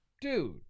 dude